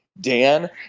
Dan